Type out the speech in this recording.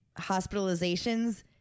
hospitalizations